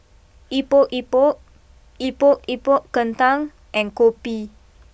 Epok Epok Epok Epok Kentang and Kopi